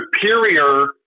superior